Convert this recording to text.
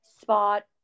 spot